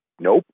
Nope